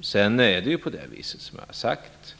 Som jag har sagt